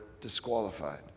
disqualified